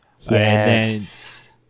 Yes